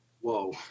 Whoa